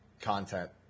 content